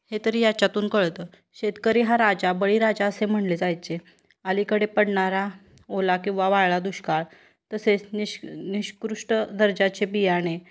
हे तरी याच्यातून कळतं शेतकरी हा राजा बळी राजा असे म्हणले जायचे अलीकडे पडणारा ओला किंवा वाळला दुष्काळ तसेच निष् निकृष्ट दर्जाचे बियाणे